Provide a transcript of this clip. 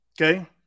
Okay